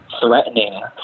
threatening